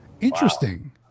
Interesting